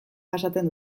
jasaten